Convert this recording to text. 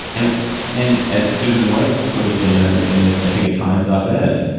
and and as susan rice put it in ah in a i think a times op ed,